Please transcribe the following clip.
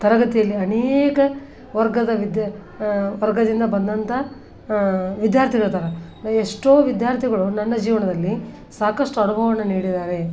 ತರಗತಿಯಲ್ಲಿ ಅನೇಕ ವರ್ಗದ ವಿದ್ಯಾ ವರ್ಗದಿಂದ ಬಂದಂಥ ವಿದ್ಯಾರ್ಥಿಗಳಿರ್ತಾರೆ ಎಷ್ಟೋ ವಿದ್ಯಾರ್ಥಿಗಳು ನನ್ನ ಜೀವನದಲ್ಲಿ ಸಾಕಷ್ಟು ಅನುಭವವನ್ನು ನೀಡಿದ್ದಾರೆ